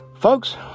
folks